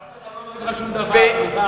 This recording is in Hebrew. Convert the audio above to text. אף אחד לא אומר לך שום דבר, סליחה.